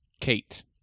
Kate